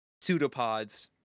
pseudopods